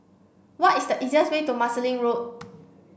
what is the easiest way to Marsiling Road